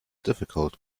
difficult